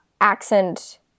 accent